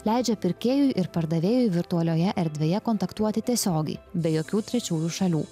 leidžia pirkėjui ir pardavėjui virtualioje erdvėje kontaktuoti tiesiogiai be jokių trečiųjų šalių